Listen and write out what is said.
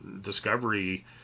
Discovery